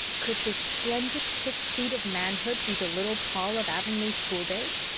could this splendid six feet of manhood be the little paul of avonlea schooldays?